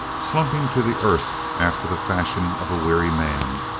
slumping to the earth after the fashion of a weary man,